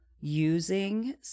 using